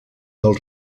del